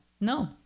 No